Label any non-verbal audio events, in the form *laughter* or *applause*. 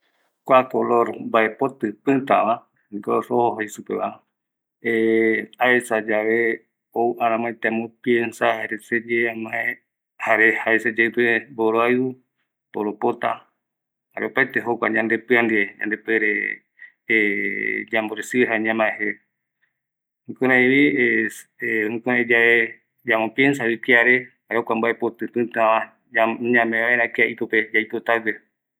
Kua color mbaepotï pïtäva, rojo jei supeva *hesitation* aesayave, ou ärämoete ambo piensa, jare seye amae jare jae seyeïpe mboroaïu, mboropota, opaete jokua yande pïa ndive, yande puere *hesitation* yambo recibe jare ñamae je, jukuraïvi jkurai yave yambo piensavi kiare, jare jokua mbaepotï pïtava, ñame vaera kia ipope yaipotague.